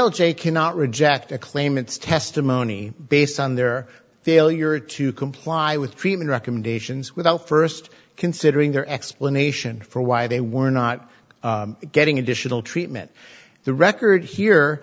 l j cannot reject a claim it's testimony based on their failure to comply with treatment recommendations without first considering their explanation for why they were not getting additional treatment the record here